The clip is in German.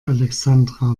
alexandra